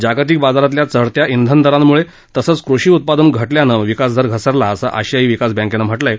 जागतिक बाजारातल्या चढत्या ब्रेन दरांमुळे तसंच कृषी उत्पादन घटल्यानं विकासदर घसरला असं आशियाई विकास बैंकेनं म्हटलं आहे